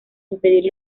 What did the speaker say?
impedir